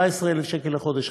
14,000 שקלים לחודש,